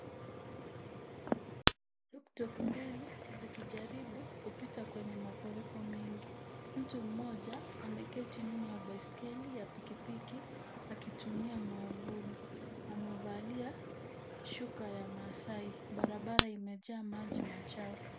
Tuktuk mbili zikijaribu kupita kwenye mafuriko mengi. Mtu mmoja ameketi nyuma ya baiskeli ya pikipiki akitumia mwavuli amevalia shuka ya maasai . Barabara imejaa maji machafu.